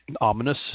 Ominous